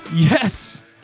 Yes